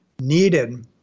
needed